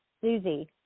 Susie